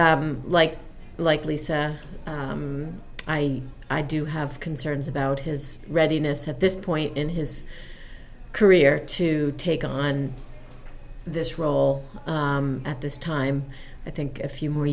t like like lisa i i do have concerns about his readiness at this point in his career to take on this role at this time i think a few more